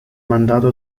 mandato